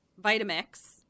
Vitamix